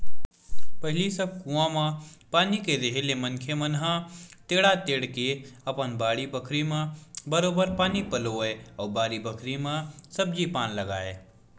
पहिली सब कुआं म पानी के रेहे ले मनखे मन ह टेंड़ा टेंड़ के अपन बाड़ी बखरी म बरोबर पानी पलोवय अउ बारी बखरी म सब्जी पान लगाय